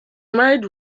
married